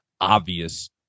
obvious